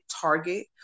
target